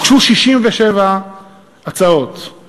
הוגשו 67 הצעות,